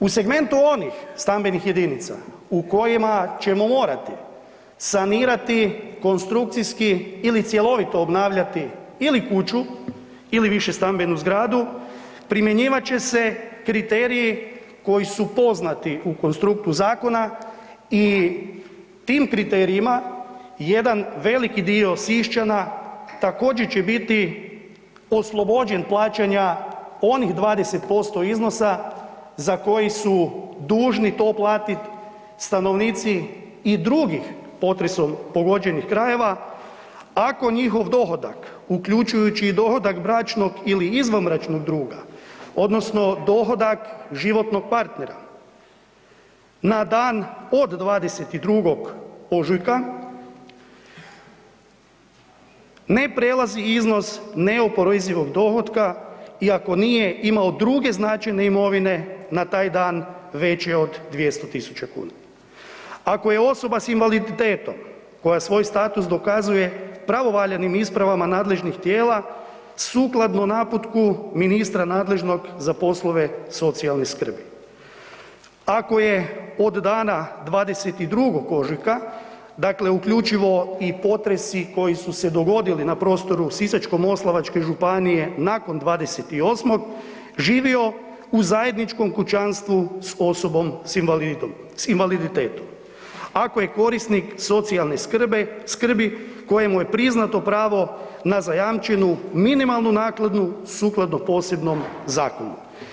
U segmentu onih stambenih jedinica u kojima ćemo morati sanirati konstrukcijski ili cjelovito obnavljati ili kuću ili višestambenu zgradu primjenjivat će se kriteriji koji su poznati u konstruktu zakona i tim kriterijima jedan veliki dio Siščana također će biti oslobođen plaćanja onih 20% iznosa za koji su dužni to platit stanovnici i drugih potresom pogođenih krajeva ako njihov dohodak, uključujući i dohodak bračnog ili izvanbračnog druga odnosno dohodak životnog partnera na dan od 22. ožujka ne prelazi iznos neoporezivog dohotka i ako nije imao druge značajne imovine na taj dan veće od 200.000 kuna, ako je osoba s invaliditetom koja svoj status dokazuje pravovaljanim ispravama nadležnih tijela sukladno naputku ministra nadležnog za poslove socijalne skrbi, ako je od dana 22. ožujka, dakle uključivo i potresi koji su se dogodili na prostoru Sisačko-moslavačke županije nakon 28. živio u zajedničkom kućanstvu s osobom s invaliditetom, ako je korisnik socijalne skrbi kojemu je priznato pravo na zajamčenu minimalnu naknadu sukladno posebnom zakonu.